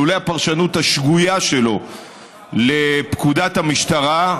לולא הפרשנות השגויה שלו לפקודת המשטרה,